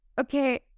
okay